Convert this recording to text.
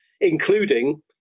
including